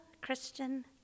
Christian